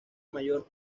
mayor